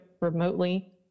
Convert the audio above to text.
remotely